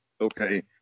okay